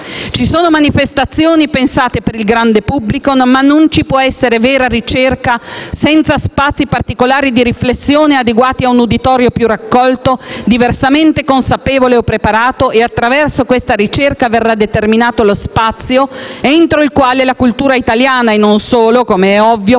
Ci sono manifestazioni pensate per il grande pubblico, ma non ci può essere vera ricerca senza spazi particolari di riflessione, adeguati a un uditorio più raccolto, diversamente consapevole o preparato. Attraverso questa ricerca verrà determinato lo spazio entro il quale la cultura italiana (e non solo, com'è ovvio)